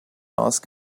ask